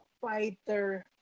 fighter